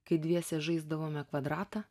kai dviese žaisdavome kvadratą